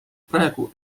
praegu